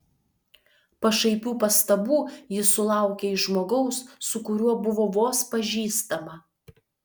pašaipių pastabų ji sulaukė iš žmogaus su kuriuo buvo vos pažįstama